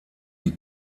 die